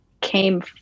came